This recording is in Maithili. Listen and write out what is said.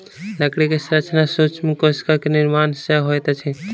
लकड़ी के संरचना सूक्ष्म कोशिका के निर्माण सॅ होइत अछि